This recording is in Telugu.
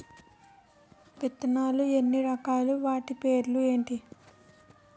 విత్తనాలు ఎన్ని రకాలు, వాటి పేర్లు ఏంటి?